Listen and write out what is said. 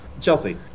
Chelsea